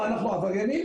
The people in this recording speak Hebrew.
מה אנחנו עבריינים?